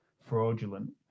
fraudulent